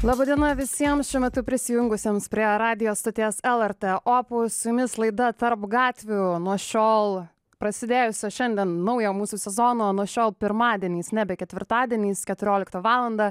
laba diena visiems šiuo metu prisijungusiems prie radijo stoties lrt opus su jumis laida tarp gatvių nuo šiol prasidėjusio šiandien naujo mūsų sezono nuo šiol pirmadieniais nebe ketvirtadieniais keturiolikta valandą